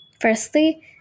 Firstly